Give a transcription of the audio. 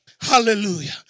Hallelujah